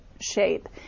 shape